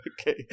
Okay